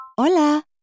Hola